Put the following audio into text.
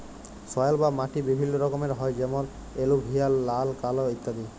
soil বা মাটি বিভিল্য রকমের হ্যয় যেমন এলুভিয়াল, লাল, কাল ইত্যাদি